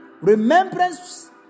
Remembrance